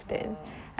oh